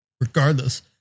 regardless